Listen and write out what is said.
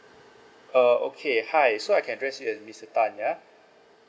uh okay hi so I can address you as mister tan ya